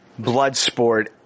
Bloodsport